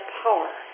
power